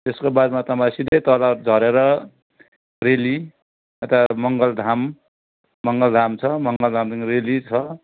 त्यसको बादमा तपाईँ सिधै तल झरेर रेली अथवा मङ्गलधाम मङ्गलधाम छ मङ्गलधामदेखिको रेली छ